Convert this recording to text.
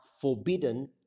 forbidden